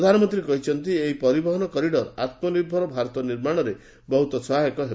ପ୍ରଧାନମନ୍ତ୍ରୀ କହିଛନ୍ତି ଏହି ପରିବହନ କରିଡର୍ ଆତ୍କନିର୍ଭର ଭାରତ ନିର୍ମାଣରେ ବହୁତ ସହାୟକ ହେବ